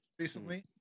recently